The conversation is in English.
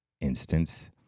instance